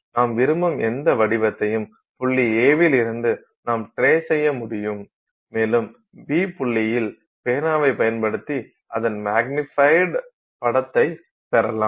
நாம் விரும்பும் எந்த வடிவத்தையும் புள்ளி A வில் இருந்து நாம் ட்ரேஸ் செய்ய முடியும் மேலும் B புள்ளியில் பேனாவைப் பயன்படுத்தி அதன் மக்னிஃப்யிடு படத்தைப் பெறலாம்